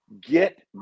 get